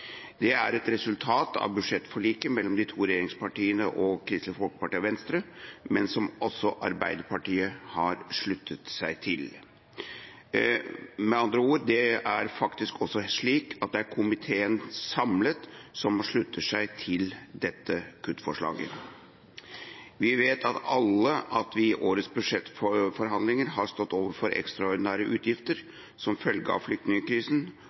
Det er et resultat av budsjettforliket mellom de to regjeringspartiene og Kristelig Folkeparti og Venstre, men som også Arbeiderpartiet har sluttet seg til. Med andre ord: Det er faktisk slik at det er komiteen, samlet, som slutter seg til dette kuttforslaget. Vi vet alle at vi i årets budsjettforhandlinger har stått overfor ekstraordinære utgifter som følge av